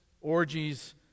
orgies